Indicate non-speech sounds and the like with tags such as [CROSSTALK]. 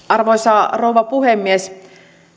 [UNINTELLIGIBLE] arvoisa rouva puhemies